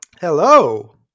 Hello